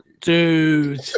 Dude